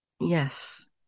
Yes